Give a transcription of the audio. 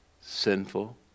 sinful